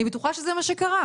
אני בטוחה שזה מה שקרה.